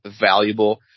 valuable